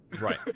Right